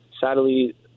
sadly